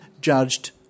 judged